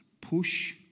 push